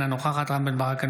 אינה נוכחת רם בן ברק,